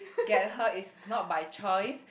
get her is not by choice